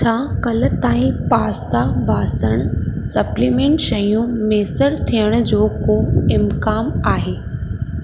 छा कल्ह ताईं पास्ता बासण सप्लीमेंट शयूं मुयसरु थियण जो को इम्कान आहे